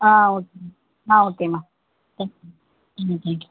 ஆ okay ma'am ah ஓகேம்மா thank you hmm thank you